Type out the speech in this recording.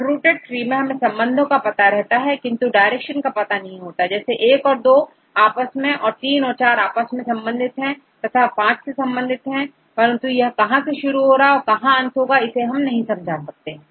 unrooted tree मैं हमें संबंधों का पता रहता है किंतु डायरेक्शन नहीं पता होता है जैसे I औरII आपस में औरIII औरIV आपस में संबंधित है तथाV ही संबंधित है किंतु यह कहां से शुरू हुआ और कहां अंत होगा इसे समझा नहीं पाते